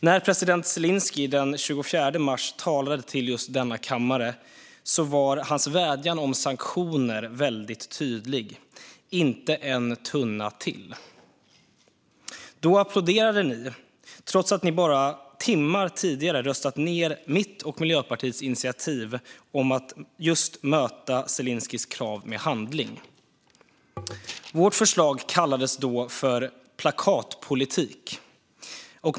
När president Zelenskyj den 24 mars talade till just denna kammare var hans vädjan om sanktioner väldigt tydlig: Inte en tunna till! Då applåderade ni, trots att ni bara timmar tidigare hade röstat ned mitt och Miljöpartiets initiativ om att just möta Zelenskyjs krav med handling. Vårt förslag kallades då för plakatpolitik.